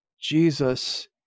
Jesus